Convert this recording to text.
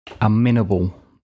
amenable